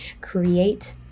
create